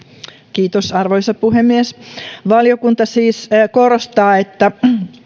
kiitos arvoisa puhemies valiokunta siis korostaa että